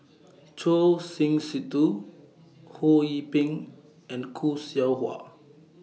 Choor Singh Sidhu Ho Yee Ping and Khoo Seow Hwa